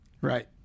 Right